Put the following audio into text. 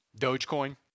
Dogecoin